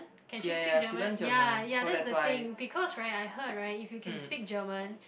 can she speak German ya ya that's the thing because right I heard right if you can speak German